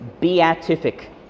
Beatific